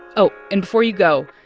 oh, and before you go,